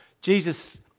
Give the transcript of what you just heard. Jesus